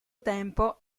tempo